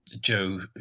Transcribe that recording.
Joe